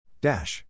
Dash